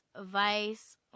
vice